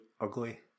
ugly